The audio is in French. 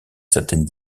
certaines